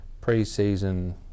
pre-season